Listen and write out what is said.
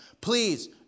Please